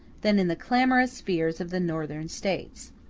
than in the clamorous fears of the northern states.